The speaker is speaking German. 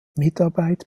mitarbeit